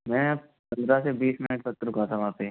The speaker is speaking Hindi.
मैं पंद्रह से बीस मिनट तक तो रुका था वहाँ पर